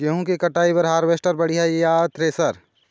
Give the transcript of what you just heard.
गेहूं के कटाई बर हारवेस्टर बढ़िया ये या थ्रेसर?